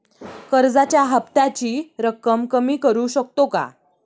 कर्जाच्या हफ्त्याची रक्कम कमी करू शकतो का?